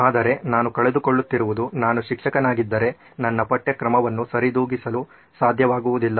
ಆದರೆ ನಾನು ಕಳೆದುಕೊಳ್ಳುತ್ತಿರುವುದು ನಾನು ಶಿಕ್ಷಕನಾಗಿದ್ದರೆ ನನ್ನ ಪಠ್ಯಕ್ರಮವನ್ನು ಸರಿದೂಗಿಸಲು ಸಾಧ್ಯವಾಗುವುದಿಲ್ಲ